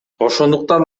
ошондуктан